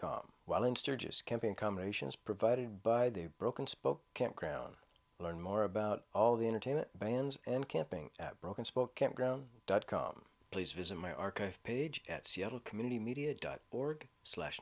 com while in sturgis camping combinations provided by the broken spoke can't crown learn more about all the entertainment bans and camping at broken spoke campground dot com please visit my archive page at seattle community media dot org slash